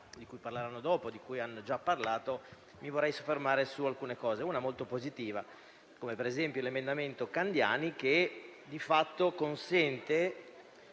Grazie